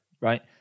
Right